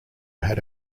had